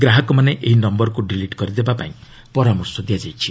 ଗ୍ରାହକମାନେ ଏହି ନମ୍ଭରକୁ ଡିଲିଟ୍ କରିଦେବାକୁ ପରାମର୍ଶ ଦିଆଯାଇଛି